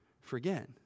forget